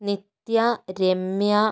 Nithya Ramya